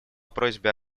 просьбе